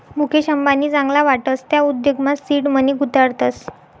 मुकेश अंबानी चांगला वाटस त्या उद्योगमा सीड मनी गुताडतस